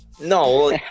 No